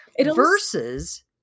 versus